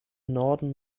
norden